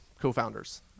co-founders